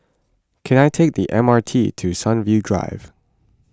can I take the M R T to Sunview Drive